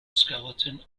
skeleton